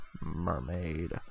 Mermaid